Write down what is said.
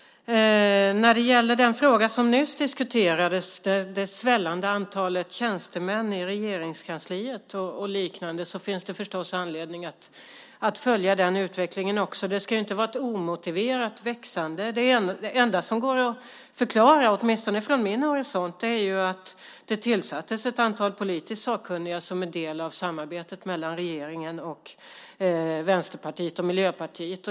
När det gäller den fråga som nyss diskuterades, det svällande antalet tjänstemän i Regeringskansliet och liknande, finns det förstås anledning att följa den utvecklingen också. Det ska inte vara ett omotiverat växande. Det enda som går att förklara, åtminstone från min horisont, är att det tillsattes ett antal politiskt sakkunniga som en del av samarbetet mellan regeringen, Vänsterpartiet och Miljöpartiet.